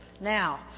Now